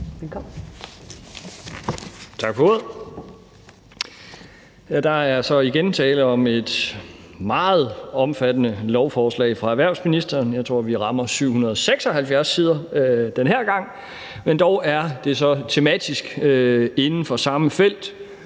(V): Tak for ordet. Der er så igen tale om et meget omfattende lovforslag fra erhvervsministeren. Jeg tror, vi rammer 776 sider den her gang, men dog er det så tematisk inden for samme felt.